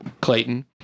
clayton